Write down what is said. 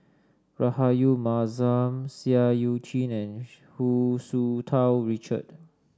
Rahayu Mahzam Seah Eu Chin and Hu Tsu Tau Richard